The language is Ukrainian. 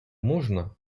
можна